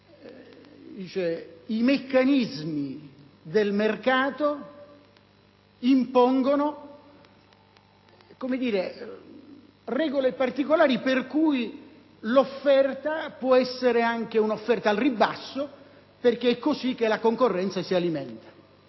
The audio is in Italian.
i meccanismi del mercato impongono regole particolari per cui l'offerta può essere anche al ribasso, perché è così che la concorrenza si alimenta.